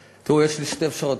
תראו, יש לי שתי אפשרויות.